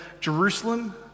Jerusalem